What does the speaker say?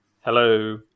Hello